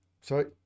Sorry